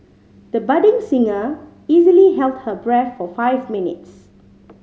the budding singer easily held her breath for five minutes